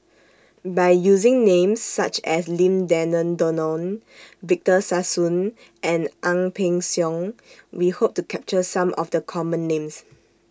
By using Names such as Lim Denan Denon Victor Sassoon and Ang Peng Siong We Hope to capture Some of The Common Names